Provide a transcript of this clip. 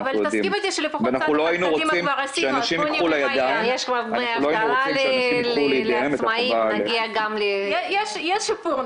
ואנחנו לא היינו רוצים שאנשים ייקחו לידיהם את החובה --- יש שיפור,